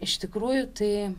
iš tikrųjų tai